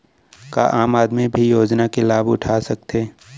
का आम आदमी भी योजना के लाभ उठा सकथे?